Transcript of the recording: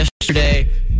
yesterday